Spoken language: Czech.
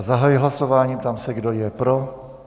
Zahajuji hlasování a ptám se, kdo je pro.